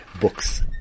books